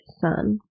sun